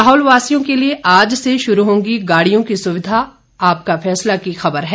लाहुलवासियों के लिये आज से शुरू होगी गाड़ियों की सुविधा आपका फैसला की खबर है